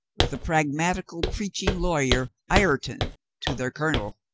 with a pragmatical preaching lawyer ireton to their colonel.